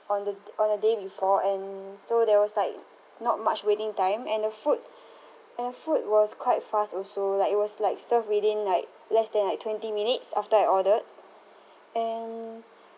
on th~ on the day before and so there was like not much waiting time and the food and the food was quite fast also like it was like served within like less than like twenty minutes after I ordered and